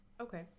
Okay